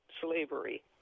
slavery